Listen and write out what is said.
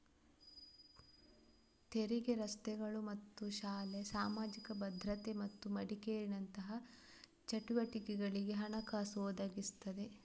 ತೆರಿಗೆ ರಸ್ತೆಗಳು ಮತ್ತು ಶಾಲೆ, ಸಾಮಾಜಿಕ ಭದ್ರತೆ ಮತ್ತು ಮೆಡಿಕೇರಿನಂತಹ ಚಟುವಟಿಕೆಗಳಿಗೆ ಹಣಕಾಸು ಒದಗಿಸ್ತದೆ